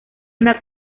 una